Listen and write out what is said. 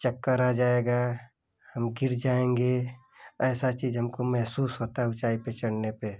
चक्कर आ जाएगा हम गिर जाएंगे ऐसा चीज हमको महसूस होता है ऊँचाई पर चढ़ने पर